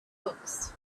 books